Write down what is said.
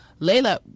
Layla